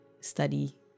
study